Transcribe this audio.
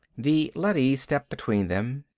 the leady stepped between them.